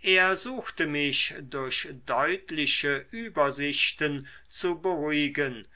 er suchte mich durch deutliche übersichten zu beruhigen